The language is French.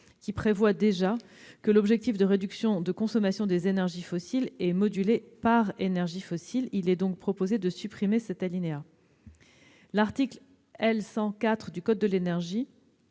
qui prévoit déjà que l'objectif de réduction de consommation des énergies fossiles est modulé par énergie fossile. Il est donc proposé de supprimer cet alinéa. L'article L. 100-4 du code de l'énergie